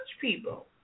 people